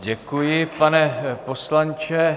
Děkuji, pane poslanče.